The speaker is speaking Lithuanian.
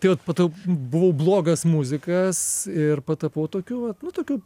tai vat po to buvau blogas muzikas ir patapau tokiu vat nu tokiu